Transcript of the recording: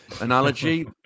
analogy